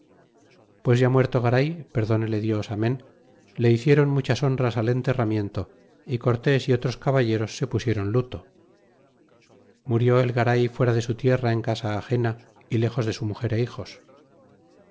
pues ya muerto garay perdonele dios amen le hiciéron muchas honras al enterramiento y cortés y otros caballeros se pusieron luto y murió el garay fuera de su tierra en casa agena y léjos de su muger é hijos